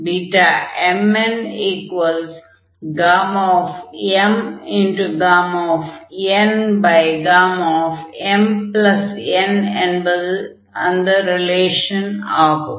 Bmnmnmn என்பதுதான் அந்த relation ஆகும்